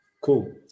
Cool